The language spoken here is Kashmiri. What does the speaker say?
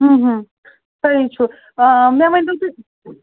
تۄہہِ ہے چھُ آ مےٚ ؤنۍ تَو تُہۍ